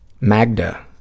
Magda